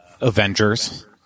Avengers